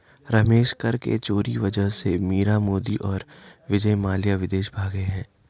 रमेश कर के चोरी वजह से मीरा मोदी और विजय माल्या विदेश भागें हैं